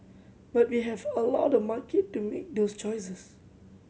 but we have allow the market to make those choices